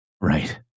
Right